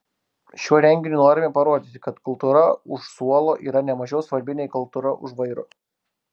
šiuo renginiu norime parodyti kad kultūra už suolo yra ne mažiau svarbi nei kultūra už vairo